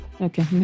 Okay